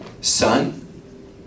Son